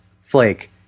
flake